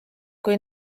kui